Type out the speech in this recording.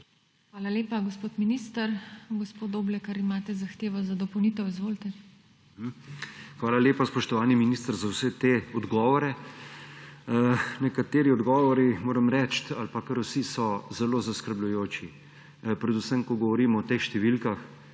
Hvala, gospod minister. Gospod Doblekar, imate zahtevo za dopolnitev. Izvolite. BORIS DOBLEKAR (PS SDS): Hvala lepa, spoštovani minister, za vse te odgovore. Nekateri odgovori, moram reči, ali pa kar vsi so zelo zaskrbljujoči, predvsem ko govorimo o teh številkah,